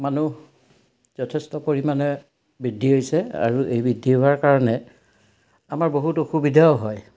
মানুহ যথেষ্ট পৰিমাণে বৃদ্ধি হৈছে আৰু এই বৃদ্ধি হোৱাৰ কাৰণে আমাৰ বহুত অসুবিধাও হয়